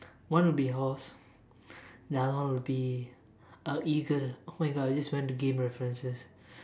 one will be a horse the other one would be a eagle oh my god I just went to game references